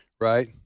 Right